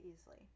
easily